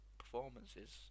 performances